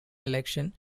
election